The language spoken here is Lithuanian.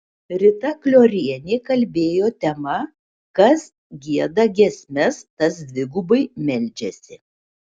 rita kliorienė kalbėjo tema kas gieda giesmes tas dvigubai meldžiasi